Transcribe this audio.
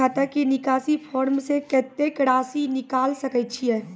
खाता से निकासी फॉर्म से कत्तेक रासि निकाल सकै छिये?